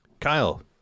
Kyle